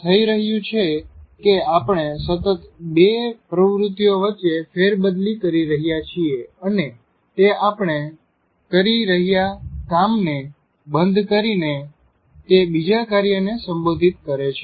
શું થઈ રહ્યું છે કે આપણે સતત બે પ્રવૃત્તિઓ વચ્ચે ફેરબદલી કરી રહ્યા છીએ અને તે આપણે કરી રહ્યા કામ ને બંધ કરી તે બીજા કાર્યને સંબોધિત કરે છે